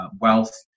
wealth